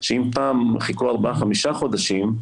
שאם פעם חיכו ארבעה-חמישה חודשים,